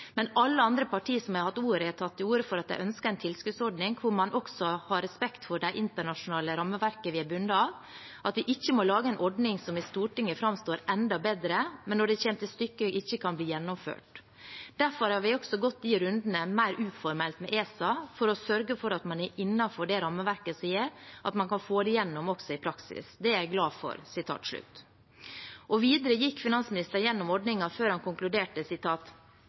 men alle andre partier som har hatt ordet, har tatt til orde for at de ønsker en lønnstilskuddsordning hvor man også har respekt for det internasjonale rammeverket vi er bundet av, at vi ikke må lage en ordning som i Stortinget framstår enda bedre, men når det kommer til stykket, ikke kan bli gjennomført. Derfor har vi også gått de rundene – mer uformelt – med ESA, for å sørge for at man er innenfor det rammeverket som gjør at man kan få det gjennom også i praksis. Det er jeg glad for.» Videre gikk finansministeren gjennom ordningen før han konkluderte: